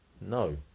No